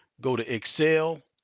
go to excel,